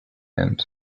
and